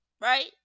right